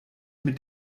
mit